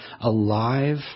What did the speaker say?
alive